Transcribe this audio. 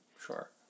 Sure